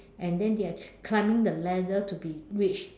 and then they are climbing the ladder to be rich